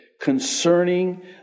concerning